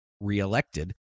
reelected